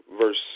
verse